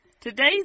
Today's